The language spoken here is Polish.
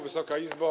Wysoka Izbo!